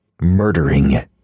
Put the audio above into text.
Murdering